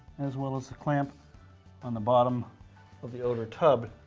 as well as the clamp on the bottom of the outer tub.